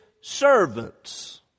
servants